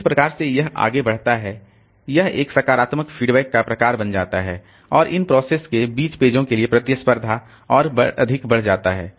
इस प्रकार से यह आगे बढ़ता है यह एक सकारात्मक फीडबैक का प्रकार बन जाता है और इन प्रोसेस के बीच पेजों के लिए प्रतिस्पर्धा और अधिक बढ़ जाता है